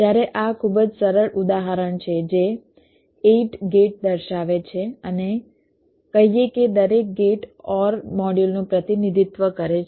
જ્યારે આ ખૂબ જ સરળ ઉદાહરણ છે જે 8 ગેટ દર્શાવે છે અને કહીએ કે દરેક ગેટ OR મોડ્યુલનું પ્રતિનિધિત્વ કરે છે